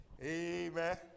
Amen